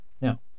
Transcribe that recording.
Now